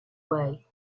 way